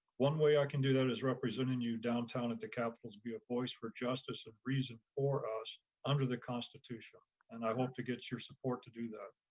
one way i can do that is representing you downtown at the capitol to be a voice for justice of reason for us under the constitution, and i hope to get your support to do that.